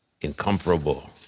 incomparable